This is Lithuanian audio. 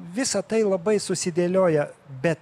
visa tai labai susidėlioja be